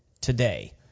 today